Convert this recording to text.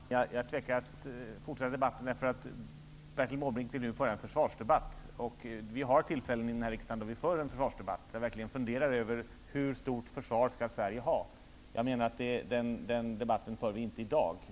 Herr talman! Jag tvekar att fortsätta debatten. Bertil Måbrink vill nu föra en försvarsdebatt. Det finns tillfällen i denna riksdag då vi för en försvarsdebatt och funderar över hur stort försvar Sverige skall ha. Vi för inte den debatten i dag.